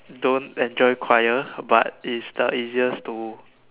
don't enjoy choir but it's the easiest to